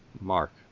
Mark